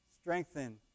strengthen